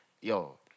Yo